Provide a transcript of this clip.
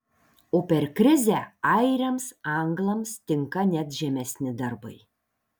o per krizę airiams anglams tinka net žemesni darbai